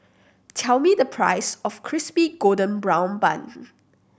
tell me the price of Crispy Golden Brown Bun